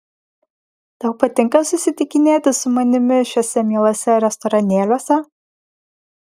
tau patinka susitikinėti su manimi šiuose mieluose restoranėliuose